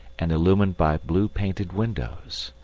and illumined by blue painted windows.